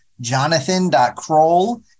jonathan.kroll